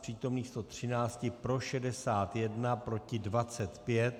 Z přítomných 113 pro 61, proti 25.